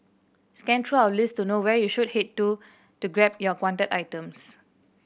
scan through our list to know where you should head to to grab your wanted items